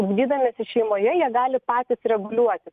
ugdydamiesi šeimoje jie gali patys reguliuoti